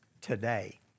today